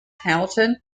hamilton